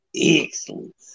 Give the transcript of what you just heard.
Excellent